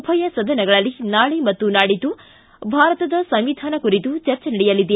ಉಭಯ ಸದನಗಳಲ್ಲಿ ನಾಳೆ ಮತ್ತು ನಾಡಿದ್ದು ಭಾರತದ ಸಂವಿಧಾನ ಕುರಿತು ಚರ್ಚೆ ನಡೆಯಲಿದೆ